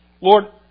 Lord